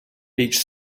each